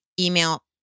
email